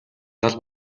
гал